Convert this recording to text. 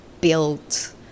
built